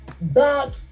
back